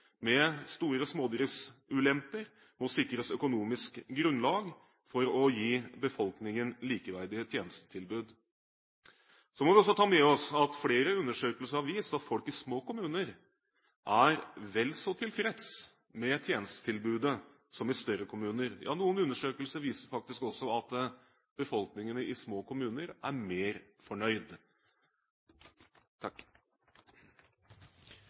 med store smådriftsulemper må sikres økonomisk grunnlag for å gi befolkningen likeverdige tjenestetilbud. Så må vi også ta med oss at flere undersøkelser har vist at folk i små kommuner er vel så tilfreds med tjenestetilbudet som i større kommuner. Noen undersøkelser viser faktisk også at befolkningen i små kommuner er mer fornøyd.